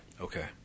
Okay